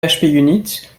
phpunit